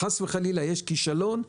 חס וחלילה ויש כישלון,